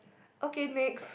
okay next